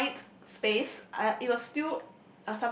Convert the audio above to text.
~fined space uh it was still